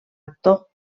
actor